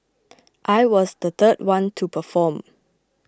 I was the third one to perform